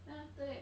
then after that